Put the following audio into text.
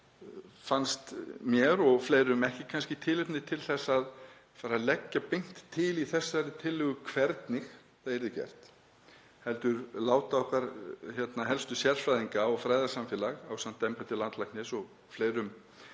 fannst mér og fleirum ekki kannski tilefni til að fara að leggja beint til í þessari tillögu hvernig það yrði gert heldur láta okkar helstu sérfræðinga og fræðasamfélag ásamt embætti landlæknis og fleiri